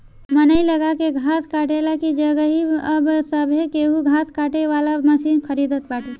मनई लगा के घास कटले की जगही अब सभे केहू घास काटे वाला मशीन खरीदत बाटे